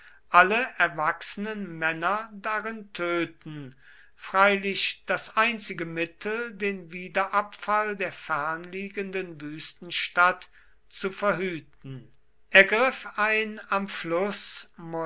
alle erwachsenen männer darin töten freilich das einzige mittel den wiederabfall der fernliegenden wüstenstadt zu verhüten er griff ein am fluß